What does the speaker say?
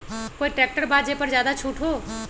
कोइ ट्रैक्टर बा जे पर ज्यादा छूट हो?